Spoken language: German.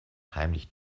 heimlich